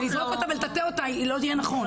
לזרוק אותה ולטאטא אותה לא יהיה נכון.